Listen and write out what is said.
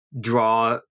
draw